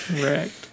Correct